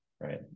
right